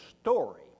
story